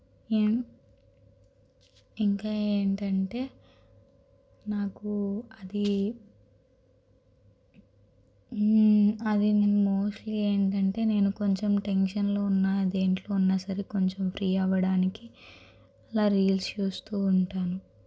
ఏం ఇంకా ఏంటంటే నాకు అది అది నేను మోస్ట్లీ ఏంటంటే నేను కొంచెం టెన్షన్లో ఉన్న దేంట్లో ఉన్నా సరే కొంచెం ఫ్రీ అవడానికి ఇలా రీల్స్ చూస్తూ ఉంటాను